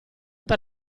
per